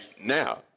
now